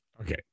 Okay